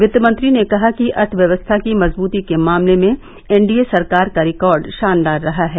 वित्त मंत्री ने कहा कि अर्थव्यवस्था की मजबूती के मामले में एनडीए सरकार का रिकॉर्ड ानदार रहा है